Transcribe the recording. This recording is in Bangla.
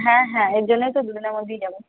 হ্যাঁ হ্যাঁ এরজন্যই তো দুদিনের মধ্যেই যাব